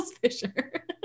Fisher